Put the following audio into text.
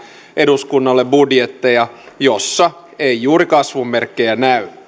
eduskunnalle budjetteja joissa ei juuri kasvun merkkejä näy